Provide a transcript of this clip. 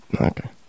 okay